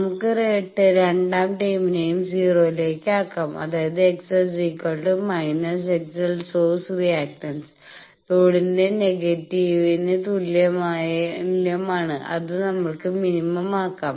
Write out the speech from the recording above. നമുക്ക് രണ്ടാം ടേമിനെയും 0 ലേക്ക് ആകാം അതായത് XS XL സോഴ്സ് റിയാക്ടൻസ് ലോഡിന്റെ നെഗറ്റീവിന് തുല്യമാണ് അത് നമ്മൾക്ക് മിനിമം ആകാം